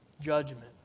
Judgment